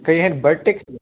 ꯀꯔꯤ ꯍꯥꯏꯅꯣ ꯕꯔꯇꯤꯛꯁ